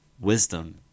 wisdom